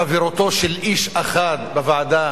חברותו של איש אחד בוועדה